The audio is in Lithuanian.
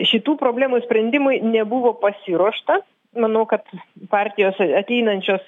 šitų problemų sprendimui nebuvo pasiruošta manau kad partijos ateinančios